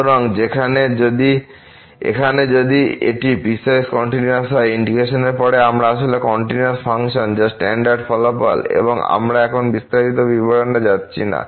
সুতরাং এখানে যদি এটি পিসওয়াইস কন্টিনিউয়াস হয় ইন্টিগ্রেশনের পরে আমরা আসলে কন্টিনিউয়াস ফাংশন যা স্ট্যান্ডার্ড ফলাফল এবং আমরা এখন বিস্তারিত বিবরণে যাচ্ছি না